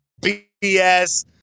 BS